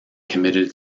committed